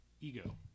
Ego